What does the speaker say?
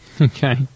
Okay